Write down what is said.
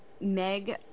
Meg